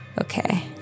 Okay